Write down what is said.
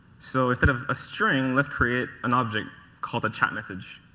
so, instead of a string, let's create an object called a chat message.